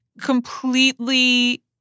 completely